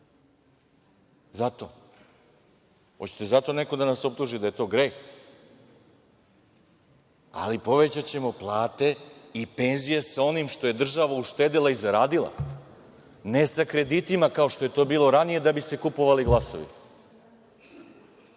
Zato. Hoćete zato da nas neko optuži da je to greh. Ali, povećaćemo plate i penzije sa onim što je država uštedela i zaradila, ne sa kreditima, kao što je to bilo ranije da bi se kupovali glasovi. Da